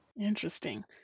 Interesting